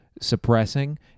suppressing